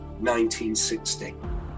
1960